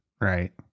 Right